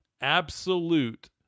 absolute